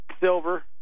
silver